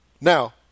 Now